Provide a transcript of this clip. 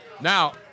Now